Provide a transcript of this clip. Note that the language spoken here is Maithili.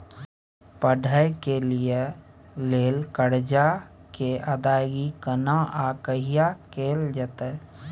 पढै के लिए लेल कर्जा के अदायगी केना आ कहिया कैल जेतै?